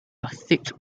thick